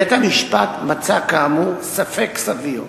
בית-המשפט מצא, כאמור, ספק סביר,